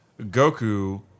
Goku